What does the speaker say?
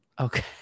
Okay